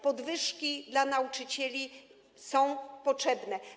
Podwyżki dla nauczycieli są potrzebne.